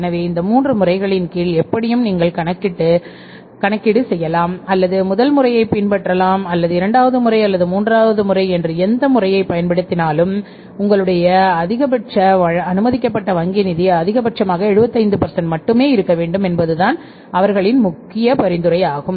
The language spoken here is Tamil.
எனவே இந்த 3 முறைகளின் கீழ் எப்படியும் நீங்கள் கணக்கீடு செய்யலாம் அல்லது முதல் முறையைப் பின்பற்றலாம் அல்லது இரண்டாவது முறை அல்லது மூன்றாவது முறை என்று எந்த முறையைப் பயன்படுத்தினால் உங்களுடைய அதிகபட்ச அனுமதிக்கப்பட்ட வங்கி நிதி அதிகபட்சமாக 75 மட்டுமே இருக்க வேண்டும் என்பதுதான் அவர்களின் முக்கிய பரிந்துரை ஆகும்